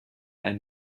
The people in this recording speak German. ein